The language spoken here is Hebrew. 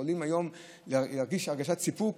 יכולים היום להרגיש הרגשת סיפוק